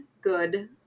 good